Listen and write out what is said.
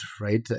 Right